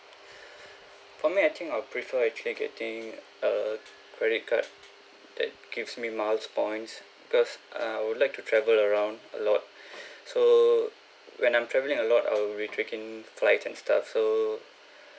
for me I think I'll prefer actually getting a credit card that gives me miles points cause err would like to travel around a lot so when I'm travelling a lot I'll be taking flights and stuff so